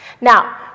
Now